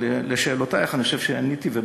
אבל על שאלותייך אני חושב שעניתי,